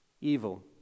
evil